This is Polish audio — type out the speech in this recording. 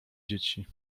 dzieci